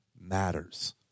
matters